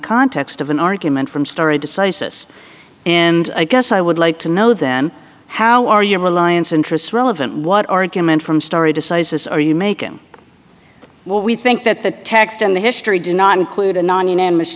context of an argument from story decisis and i guess i would like to know them how are your alliance interests relevant what argument from story to sizes are you making what we think that the text and the history do not include a non